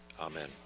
Amen